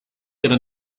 ihre